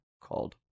called